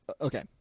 okay